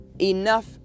enough